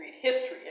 history